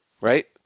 right